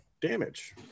damage